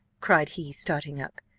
cried he, starting up,